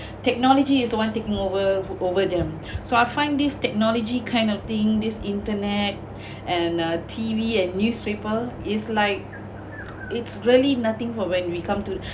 technology is one taking over over them so I find this technology kind of thing this internet and uh T_V and newspaper is like it's really nothing for when we come to